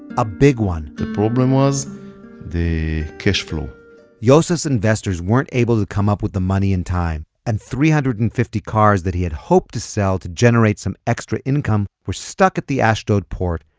a big one the problem was the cash flow yosef's investors weren't able to come up with the money in time. and three-hundred-and-fifty cars that he had hoped to sell to generate some extra income were stuck at the ashdod port,